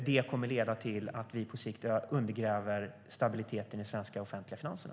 Det kommer att leda till att vi på sikt undergräver stabiliteten i de svenska offentliga finanserna.